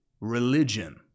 religion